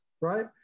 right